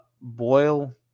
boil